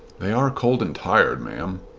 they are cold and tired, ma'am.